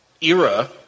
era